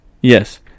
Yes